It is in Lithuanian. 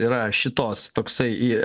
yra šitos toksai